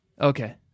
okay